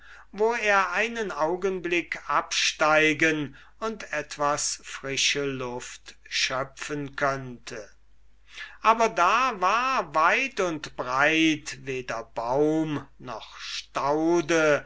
wo er einen augenblick absteigen und etwas frische luft schöpfen könnte aber da war weit und breit weder baum noch staude